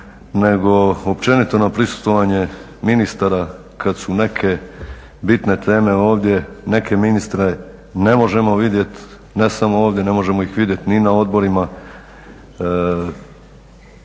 nego općenito na prisustvovanje ministara kad su neke bitne teme ovdje. Neke ministre ne možemo vidjeti, ne samo ovdje. Ne možemo ih vidjeti ni na odborima.